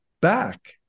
back